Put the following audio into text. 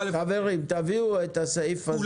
חברים, תביאו את הסעיף הזה מנוסח לישיבה הבאה.